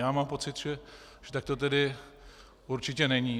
Já mám pocit, že tak to tedy určitě není.